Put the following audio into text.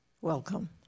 Welcome